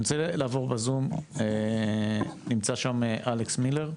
נמצא בזום אלכס מילר.